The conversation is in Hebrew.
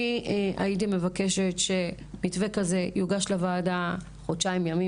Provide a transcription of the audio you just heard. הייתי מבקשת שמתווה כזה יוגש לוועד חודשיים ימים